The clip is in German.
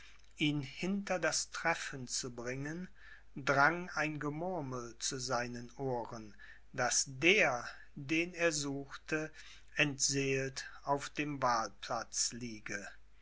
ihn hinter das treffen zu bringen drang ein gemurmel zu seinen ohren daß der den er suchte entseelt auf dem wahlplatz liege